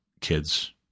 kids